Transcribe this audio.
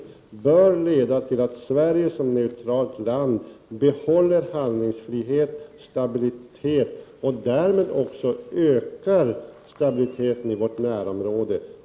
Det bör leda till att Sverige som neutralt land behåller handlingsfrihet och stabilitet och därmed också ökar stabiliteten i vårt närområde.